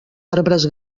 arbres